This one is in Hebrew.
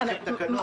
היו לכם תקנות.